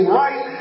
right